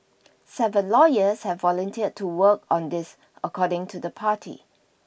seven lawyers have volunteered to work on this according to the party